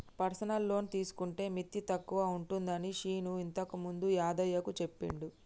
personal loan తీసుకుంటే మిత్తి తక్కువగా ఉంటుందని శీను ఇంతకుముందే యాదయ్యకు చెప్పిండు